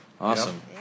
Awesome